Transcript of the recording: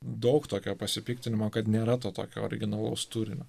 daug tokio pasipiktinimo kad nėra to tokio originalaus turinio